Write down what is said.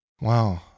Wow